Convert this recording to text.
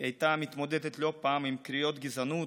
היא הייתה מתמודדת לא פעם עם קריאות גזעניות,